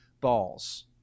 balls